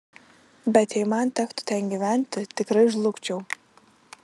bet jei man tektų ten gyventi tikrai žlugčiau